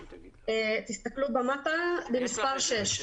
שמשרד התקשורת עושה עבודה טובה בנושא הזה,